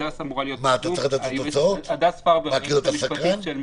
נבחרו שלושה זוכים: מוזיאון המזגגה בקיבוץ נחשולים,